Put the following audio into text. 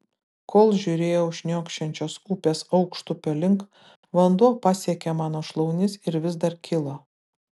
kol žiūrėjau šniokščiančios upės aukštupio link vanduo pasiekė mano šlaunis ir vis dar kilo